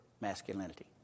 masculinity